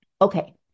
Okay